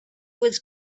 was